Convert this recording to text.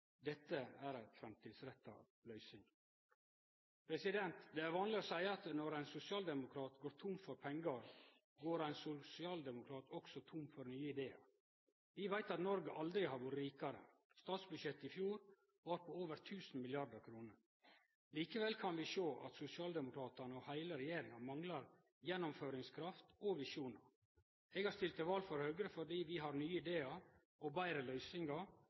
Dette er ei framtidsretta løysing. Det er vanleg å seie at når ein sosialdemokrat går tom for pengar, går ein sosialdemokrat også tom for nye idear. Vi veit at Noreg aldri har vore rikare. Statsbudsjettet i fjor var på over 1 000 mrd. kr. Likevel kan vi sjå at sosialdemokratane og heile regjeringa manglar gjennomføringskraft og visjonar. Eg har stilt til val for Høgre fordi vi har nye idear og betre løysingar